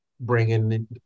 bringing